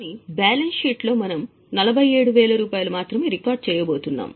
కానీ బ్యాలెన్స్ షీట్లో మనము 47000 మాత్రమే రికార్డ్ చేయబోతున్నాం